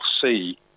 see